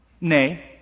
Nay